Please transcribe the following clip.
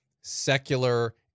secular